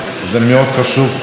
תודה רבה, גברתי היושבת-ראש.